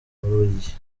bubiligi